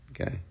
Okay